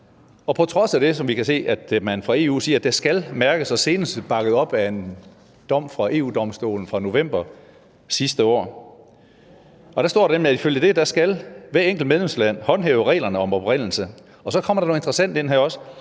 på trods af at vi kan se, at man fra EU siger, at det skal mærkes, og det er senest bakket op af en dom fra EU-Domstolen fra november sidste år. Ifølge det skal hvert enkelt medlemsland håndhæve reglerne om oprindelse. Så kommer der noget mere, som også